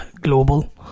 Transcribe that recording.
global